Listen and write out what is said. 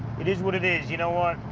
it is what it is. you know what?